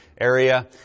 area